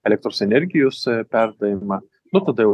elektros energijos perdavimą nu tada jau